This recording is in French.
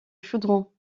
chaudron